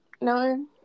No